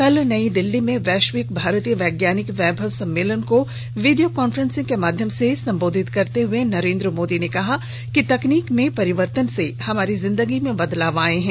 कल नई दिल्ली में वैश्विक भारतीय वैज्ञानिक वैभव सम्मेलन को वीडियो कांफ्रेंस के माध्यम से संबोधित करते हुए नरेंद्र मोदी ने कहा कि तकनीक में परिवर्तन से हमारी जिंदगी में बदलाव आए हैं